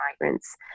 migrants